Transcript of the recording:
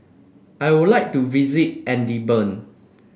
I would like to visit Edinburgh